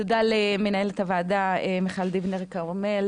תודה למנהלת הוועדה מיכל דיבנר כרמל,